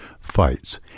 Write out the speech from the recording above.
fights